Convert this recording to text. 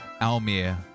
Almir